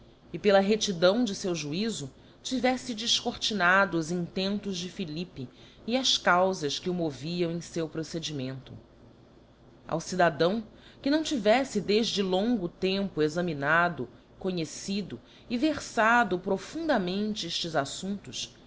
e pela reftidão do feu juizo tivefle defcortinado os intentos de philippe e as caufas que o moviam em feu procedimento ao cidadão que não tivefle defde longo tempo examinado conhecido e verfado profundamente eftes aflumptos